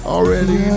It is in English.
Already